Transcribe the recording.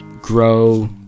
grow